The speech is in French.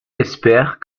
espèrent